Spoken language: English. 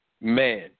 Man